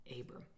Abram